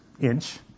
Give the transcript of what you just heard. inch